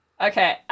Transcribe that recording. Okay